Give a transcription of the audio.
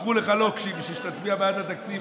מכרו לך לוקשים בשביל שתצביע בעד התקציב,